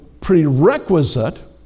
prerequisite